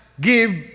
Give